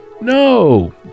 No